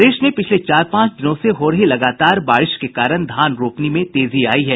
प्रदेश में पिछले चार पांच दिनों से हो रही लगातार बारिश के कारण धान रोपनी में तेजी आयी है